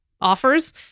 offers